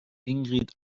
ingrid